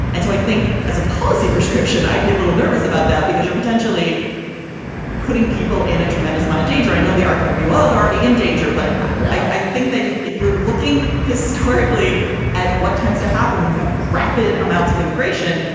and so i think as a policy prescription, i'd be a little nervous about that because you're potentially putting. well, in a tremendous amount of danger, i know the argument be, well, they're already in danger. but yeah, i think that you if you're looking historically at what tends to happen when you have rapid amounts of immigration,